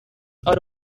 are